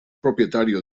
propietario